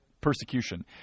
persecution